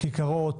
כיכרות,